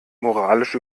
moralisch